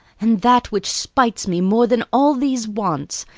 and that which spites me more than all these wants,